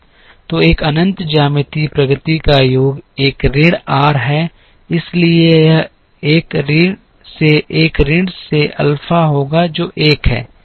तो एक अनंत ज्यामितीय प्रगति का योग 1 ऋण आर है इसलिए यह 1 ऋण से 1 ऋण से अल्फा होगा जो 1 है